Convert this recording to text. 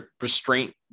restraint